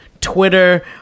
Twitter